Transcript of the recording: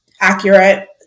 accurate